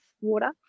water